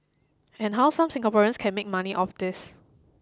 and how some Singaporeans can make money off this